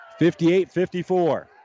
58-54